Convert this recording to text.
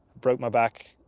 broke my back,